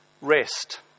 Rest